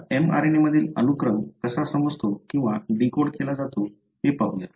आता mRNA मधील अनुक्रम कसा समजतो किंवा डीकोड केला जातो ते पाहू